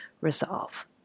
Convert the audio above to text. resolve